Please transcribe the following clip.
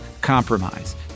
compromise